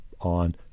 on